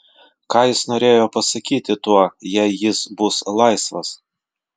ką jis norėjo pasakyti tuo jei jis bus laisvas